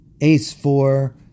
ace-four